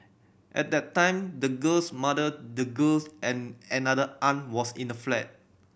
at that time the girl's mother the girl and another aunt was in the flat